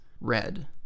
red